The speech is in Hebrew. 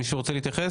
מישהו רוצה להתייחס?